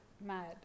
Mad